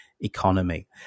economy